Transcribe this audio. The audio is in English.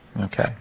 Okay